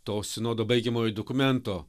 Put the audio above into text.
to sinodo baigiamojo dokumento